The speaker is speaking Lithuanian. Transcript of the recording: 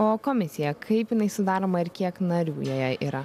o komisija kaip jinai sudaroma ir kiek narių joje yra